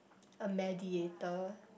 a mediator